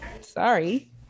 Sorry